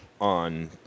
On